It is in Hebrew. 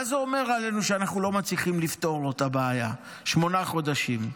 מה זה אומר עלינו שאנחנו לא מצליחים לפתור לו את הבעיה שמונה חודשים?